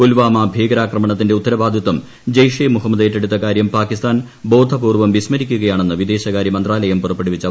പുൽവാമ ഭീകരാക്രമണത്തിന്റെ ഉത്തരവാദിത്തം ജെയ്ഷെ മുഹമ്മദ് ഏറ്റെടുത്ത കാര്യം പാകിസ്ഥാൻ ബോധപൂർവ്വം വിസ്മരിക്കുകയാണെന്ന് വിദേശകാര്യ മന്ത്രാലയം പുറപ്പെടുവിച്ച വാർത്താ കുറിപ്പിൽ പറഞ്ഞു